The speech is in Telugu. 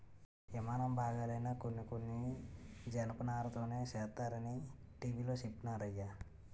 యిమానం బాగాలైనా కొన్ని కొన్ని జనపనారతోనే సేస్తరనీ టీ.వి లో చెప్పినారయ్య